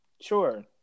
Sure